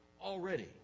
already